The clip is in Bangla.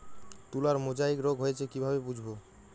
তুলার মোজাইক রোগ হয়েছে কিভাবে বুঝবো?